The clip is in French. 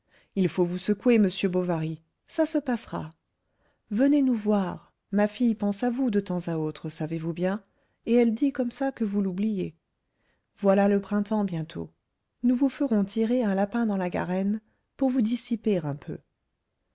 il faut vous secouer monsieur bovary ça se passera venez nous voir ma fille pense à vous de temps à autre savez-vous bien et elle dit comme ça que vous l'oubliez voilà le printemps bientôt nous vous ferons tirer un lapin dans la garenne pour vous dissiper un peu